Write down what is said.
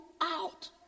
out